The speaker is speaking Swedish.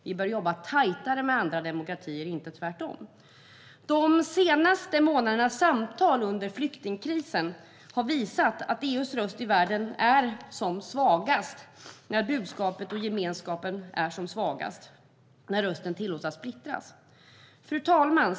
Vi bör jobba tajtare med andra demokratier, inte tvärtom. De senaste månadernas samtal under flyktingkrisen har visat att EU:s röst i världen är som svagast när budskapet och gemenskapen är som svagast - när rösten tillåts splittras. Fru talman!